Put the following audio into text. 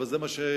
אבל זה מה שהבנתי,